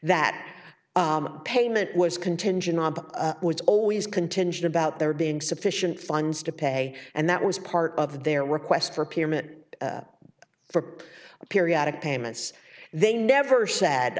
that payment was contingent on was always contingent about there being sufficient funds to pay and that was part of their request for a pyramid for a periodic payments they never said